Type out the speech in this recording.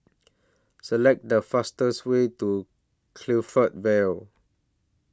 Select The fastest Way to Clifton Vale